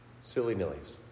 silly-nillies